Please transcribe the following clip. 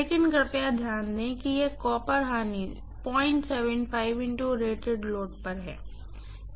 लेकिन कृपया ध्यान दें कि यह कॉपर लॉस पर है